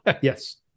Yes